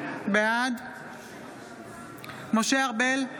בעד קארין אלהרר, בעד משה ארבל,